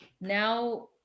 now